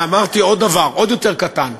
ואמרתי עוד דבר עוד יותר קטן,